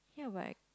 ya but